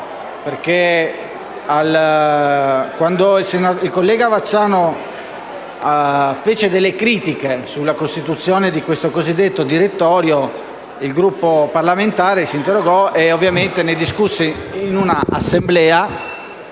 fatti. Quando il collega Vacciano fece delle critiche sulla costituzione di questo cosiddetto direttorio, il Gruppo parlamentare si interrogò e ovviamente ne discusse in un'assemblea,